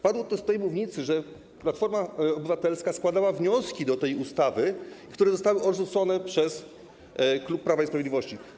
Padło z tej mównicy, że Platforma Obywatelska składała wnioski do tej ustawy, które zostały odrzucone przez klub Prawa i Sprawiedliwości.